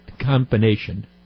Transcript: combination